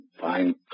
fine